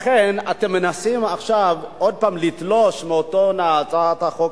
לכן אתם מנסים עכשיו עוד פעם לתלוש מאותה הצעת חוק,